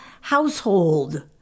household